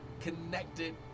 connected